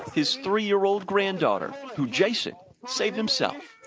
his three year old granddaughter who jason saved himself.